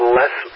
less